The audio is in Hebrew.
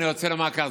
אני רוצה לומר כך,